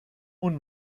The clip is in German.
und